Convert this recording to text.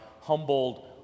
humbled